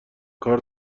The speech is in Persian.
کارم